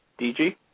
DG